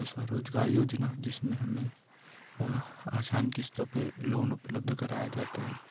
स्वरोजगार योजना जिसमें हमें आसान किस्तों पे लोन उपलब्ध कराया जाता है